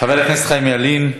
חבר הכנסת חיים ילין.